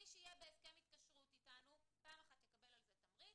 מי שיהיה אתנו בהסכם התקשרות פעם אחת יקבל על זה תמריץ,